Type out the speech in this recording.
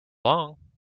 long